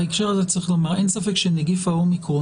בהקשר הזה צריך לומר אין ספק שנגיף ה-אומיקרון